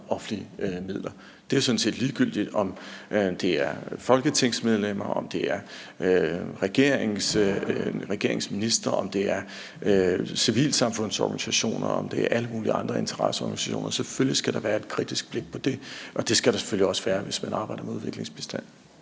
offentlige midler. Det er jo sådan set ligegyldigt, om det er folketingsmedlemmer, om det er regeringens ministre, om det er civilsamfundsorganisationer, eller om det er alle mulige andre interesseorganisationer. Selvfølgelig skal der være et kritisk blik på det, og det skal der selvfølgelig også være, hvis man arbejder med udviklingsbistand.